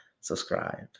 subscribed